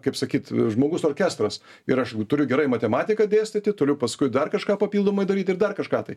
kaip sakyt žmogus orkestras ir aš turiu gerai matematiką dėstyti turiu paskui dar kažką papildomai daryt ir dar kažką tai